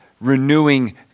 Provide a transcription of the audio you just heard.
renewing